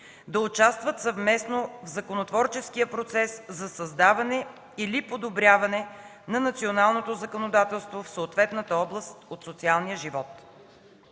да участват съвместно в законотворческия процес за създаване или подобряване на националното законодателство в съответна област от социалния живот.